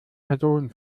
person